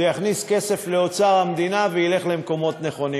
זה יכניס כסף לאוצר המדינה וילך למקומות נכונים,